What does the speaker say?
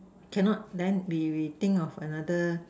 cannot then we we think of another